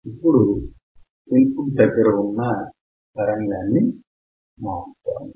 ఇప్పడు input దగ్గర ఉన్న తరంగాన్ని మారుద్దాము